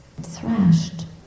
thrashed